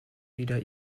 wieder